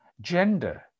Gender